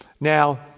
Now